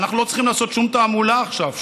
אנחנו לא צריכים לעשות שום תעמולה עכשיו,